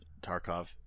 Tarkov